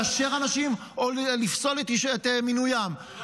לאשר אנשים או לפסול את מינוים -- תודה רבה.